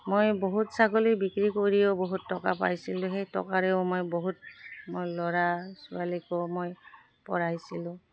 মই বহুত ছাগলী বিক্ৰী কৰিও বহুত টকা পাইছিলোঁ সেই টকাৰেও মই বহুত মোৰ ল'ৰা ছোৱালীকো মই পঢ়াইছিলোঁ